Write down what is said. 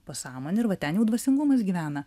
pasąmonė ir va ten jau dvasingumas gyvena